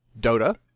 Dota